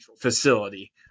facility